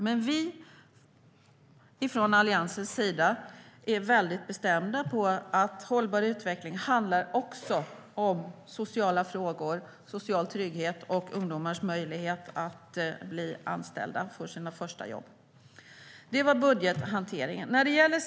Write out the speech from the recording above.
Men vi från Alliansens sida är mycket bestämda på att hållbar utveckling också handlar om sociala frågor, social trygghet och ungdomars möjlighet att bli anställda och få sina första jobb. Det gällde budgethanteringen.